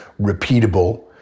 repeatable